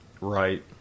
right